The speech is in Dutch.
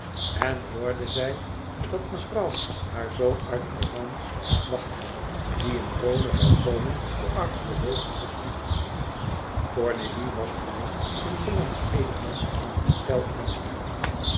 en hoorde zij dat mevrouw haar zoon uit florence wachtte die in rome zoû komen voor archeologische studiën cornélie was blij een hollandsch element in het hôtel aan te treffen